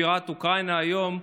בירת אוקראינה היום,